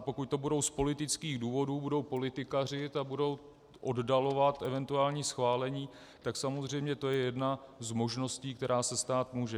Pokud to bude z politických důvodů, budou politikařit a budou oddalovat eventuální schválení, tak je to samozřejmě jedna z možností, která se stát může.